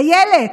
אילת.